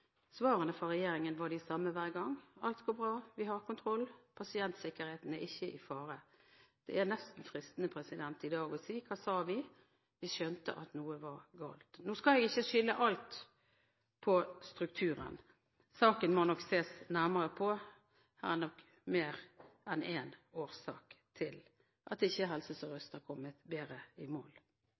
Svarene fra regjeringen var de samme hver gang: Alt går bra. Vi har kontroll. Pasientsikkerheten er ikke i fare. Det er nesten fristende i dag å si: Hva sa vi? Vi skjønte at noe var galt. Nå skal jeg ikke legge all skyld på strukturen. Saken må nok ses nærmere på – det er nok mer enn én årsak til at Helse Sør-Øst ikke har kommet bedre i mål.